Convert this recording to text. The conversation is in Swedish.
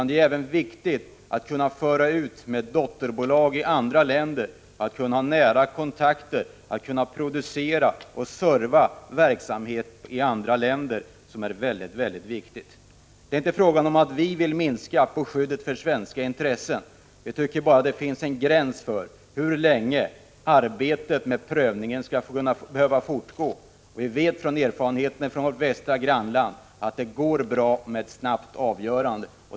Det är även mycket viktigt att kunna föra ut dotterbolag till andra länder, att kunna ha nära kontakter, att kunna producera och ge service till verksamhet i andra länder. Det är inte fråga om att vi vill minska skyddet för svenska intressen. Vi tycker bara att det finns en gräns för hur länge arbetet med prövningen skall behöva fortgå. Vi vet genom erfarenheterna från vårt västra grannland att det går bra med ett snabbt avgörande.